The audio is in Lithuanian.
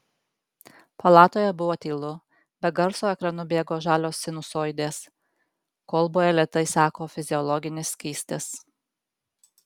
palatoje buvo tylu be garso ekranu bėgo žalios sinusoidės kolboje lėtai seko fiziologinis skystis